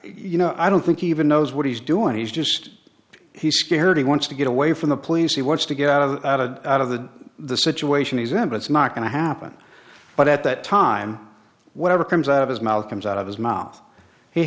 you know i don't think he even knows what he's doing he's just he's scared he wants to get away from the police he wants to get out of out of out of the the situation isn't it's not going to happen but at that time whatever comes out of his mouth comes out of his mouth he